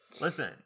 Listen